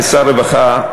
כשר הרווחה,